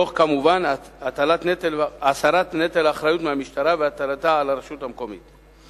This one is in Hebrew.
כמובן תוך הסרת נטל האחריות מהמשטרה והטלתה על הרשות המקומית.